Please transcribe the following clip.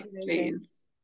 please